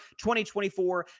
2024